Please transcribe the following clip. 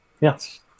Yes